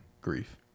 grief